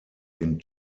den